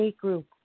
group